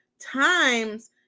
times